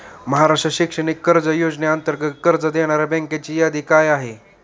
महाराष्ट्र शैक्षणिक कर्ज योजनेअंतर्गत कर्ज देणाऱ्या बँकांची यादी काय आहे?